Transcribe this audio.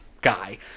guy